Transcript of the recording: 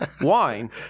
wine